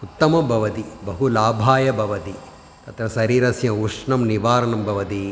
उत्तमं भवति बहु लाभाय भवति तत् शरीरस्य उष्णं निवारणं भवति